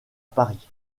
paris